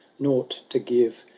nought to give,